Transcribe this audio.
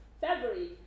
February